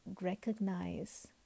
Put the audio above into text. recognize